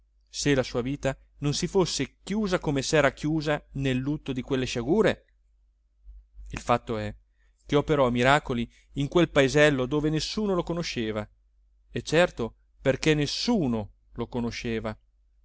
se la sua vita non si fosse chiusa come sera chiusa nel lutto di quelle sciagure il fatto è che operò miracoli in quel paesello dove nessuno lo conosceva e certo perché nessuno lo conosceva